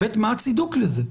ו-ב', מה הצידוק לזה?